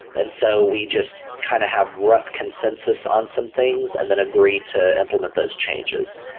and so we just kind of have rough consensus on some things and then agreed to implement those changes.